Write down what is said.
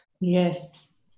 Yes